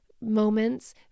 moments